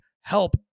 help